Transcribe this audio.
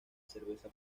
cerveza